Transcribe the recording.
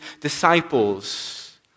disciples